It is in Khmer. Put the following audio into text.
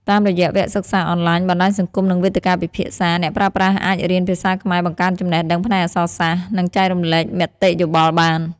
តាមរយៈវគ្គសិក្សាអនឡាញ បណ្តាញសង្គម និងវេទិកាពិភាក្សា អ្នកប្រើប្រាស់អាចរៀនភាសាខ្មែរ បង្កើនចំណេះដឹងផ្នែកអក្សរសាស្ត្រ និងចែករំលែកមតិយោបល់បាន។